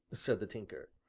said the tinker,